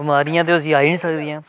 बमारियां ते उसी आई निं सकदियां